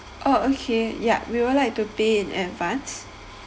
oh okay ya we would like to pay in advance